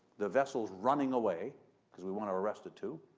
the vessel's running away because we want to arrest it, too,